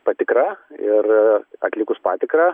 patikra ir atlikus patikrą su